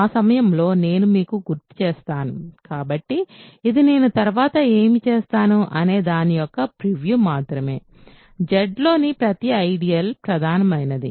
ఆ సమయంలో నేను మీకు గుర్తు చేస్తాను కాబట్టి ఇది నేను తర్వాత ఏమి చేస్తాను అనే దాని యొక్క ప్రివ్యూ మాత్రమే Zలోని ప్రతి ఐడియల్ ప్రధానమైనది